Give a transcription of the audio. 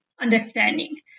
understanding